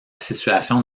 situation